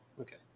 Okay